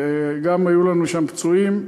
גם אם היו לנו שם פצועים,